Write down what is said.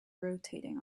rotating